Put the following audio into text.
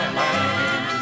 land